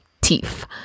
teeth